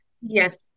Yes